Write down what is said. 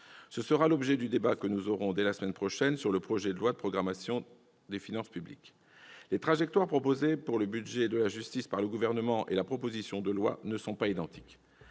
Ce sera l'objet du débat que nous aurons dès la semaine prochaine sur le projet de loi de programmation des finances publiques. Les trajectoires proposées pour le budget de la justice par le Gouvernement et la proposition de loi ne sont pas identiques.